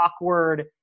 awkward